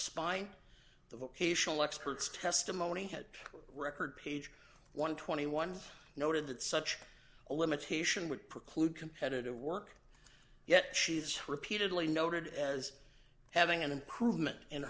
spine the vocational experts testimony had record page one hundred and twenty one noted that such a limitation would preclude competitive work yet she's repeatedly noted as having an improvement in